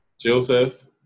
Joseph